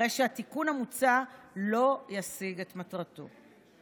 הרי שהתיקון המוצע לא ישיג את מטרתו.